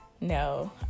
no